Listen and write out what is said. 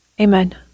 Amen